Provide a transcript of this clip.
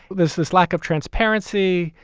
this this lack of transparency.